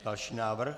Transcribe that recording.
Další návrh.